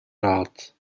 rahat